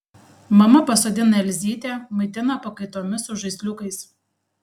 mama pasodina elzytę maitina pakaitomis su žaisliukais